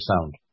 sound